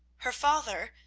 her father,